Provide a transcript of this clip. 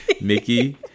Mickey